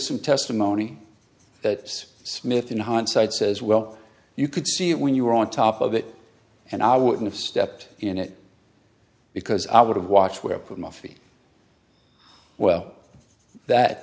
some testimony that smith in hindsight says well you could see it when you were on top of it and i would have stepped in it because i would have watch where put my feet well that